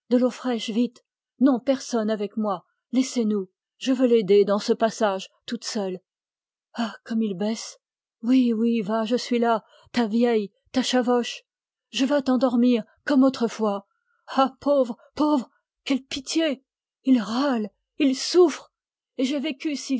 de l'eau fraîche vite non personne avec moi laisseznous je veux l'aider dans ce passage toute seule ah comme il baisse oui oui va je suis là ta vieille ta chavoche je vas t'endormir comme autrefois ah pauvre pauvre quelle pitié il râle il souffre et j'ai vécu